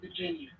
Virginia